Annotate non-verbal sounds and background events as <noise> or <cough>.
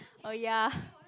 oh ya <laughs>